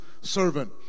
servant